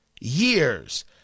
years